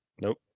Nope